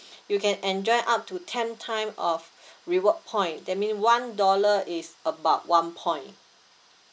you can enjoy up to ten time of reward point that mean one dollar is about one point